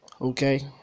okay